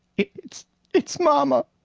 it's it's mama!